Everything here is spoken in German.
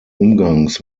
umgangs